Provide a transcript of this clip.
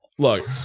Look